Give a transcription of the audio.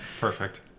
Perfect